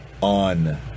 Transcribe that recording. on